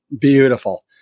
Beautiful